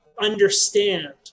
understand